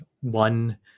one